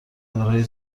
کارهای